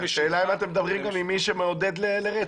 השאלה אם אתם מדברים גם עם מי שמעודד לרצח.